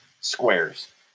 squares